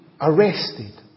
arrested